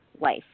life